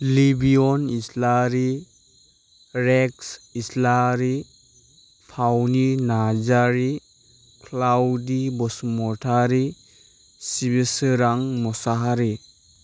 Libyan Islari Rex Islari फाउनि नार्जारी क्लाउदि बसुमतारी सिबिसोरां मुसाहारि